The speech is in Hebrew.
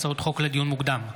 הצעות חוק לדיון מוקדם,